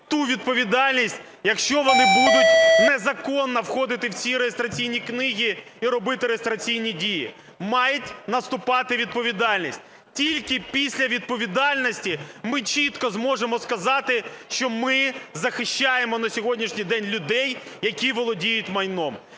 ту відповідальність, якщо вони будуть незаконно входити в ці реєстраційні книги і робити реєстраційні дії, має наступати відповідальність. Тільки після відповідальності ми чітко зможемо сказати, що ми захищаємо на сьогоднішній день людей, які володіють майном,